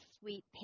sweet